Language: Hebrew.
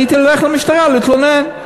הייתי הולך למשטרה להתלונן.